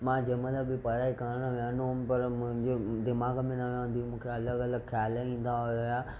मां जंहिंमहिल बि पढ़ाई करणु वेहिंदो हुयमि पर मुंहिंजे दीमाग़ु में न वेहंदी हुई मूंखे अलॻि अलॻि ख्याल ईंदा हुया